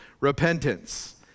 repentance